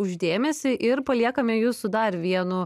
už dėmesį ir paliekame jus su dar vienu